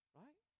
right